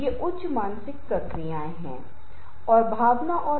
तो यह एक सतत प्रक्रिया है लेकिन संघर्ष रहेगा ही